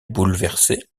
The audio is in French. bouleversée